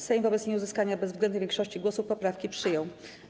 Sejm wobec nieuzyskania bezwzględnej większości głosów poprawki przyjął.